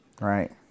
Right